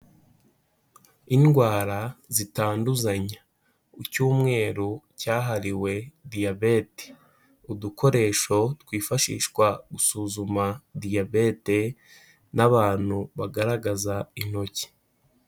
Indwara zitanduzanya. Icyumweru cyahariwe Diyabete. Udukoresho twifashishwa gusuzuma Diyabete n'abantu bagaragaza intoki.